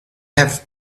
have